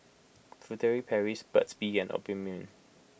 Furtere Paris Burt's Bee and Obimin